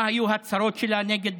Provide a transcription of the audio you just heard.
מה היו ההצהרות שלה נגד